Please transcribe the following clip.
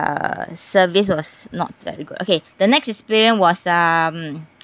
uh service was not very good okay the next experience was um